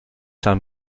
han